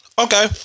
Okay